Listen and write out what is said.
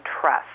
trust